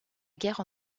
guerre